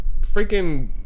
freaking